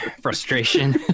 frustration